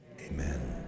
Amen